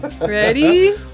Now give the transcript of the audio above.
Ready